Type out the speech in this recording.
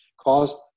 caused